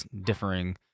differing